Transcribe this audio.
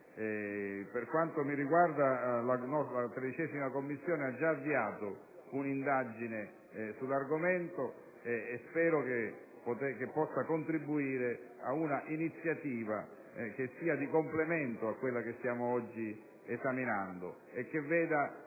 Per quanto mi riguarda, la 13a Commissione ha già avviato un'indagine sull'argomento, che spero possa contribuire ad una iniziativa che sia di complemento a quella che stiamo oggi esaminando e che veda